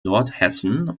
nordhessen